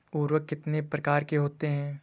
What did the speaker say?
उर्वरक कितने प्रकार के होते हैं?